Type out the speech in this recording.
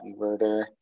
inverter